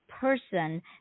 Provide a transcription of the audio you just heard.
person